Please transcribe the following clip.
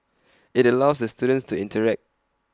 IT allows the students to interact